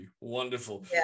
wonderful